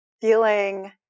feeling